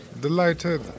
delighted